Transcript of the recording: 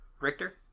Richter